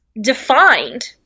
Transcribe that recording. defined